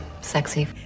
sexy